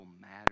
matter